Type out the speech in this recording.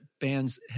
bands